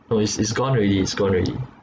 oh it's it's gone already it's gone already